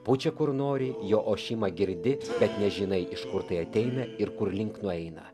pučia kur nori jo ošimą girdi bet nežinai iš kur tai ateina ir kurlink nueina